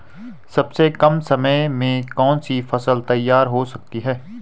सबसे कम समय में कौन सी फसल तैयार हो जाती है?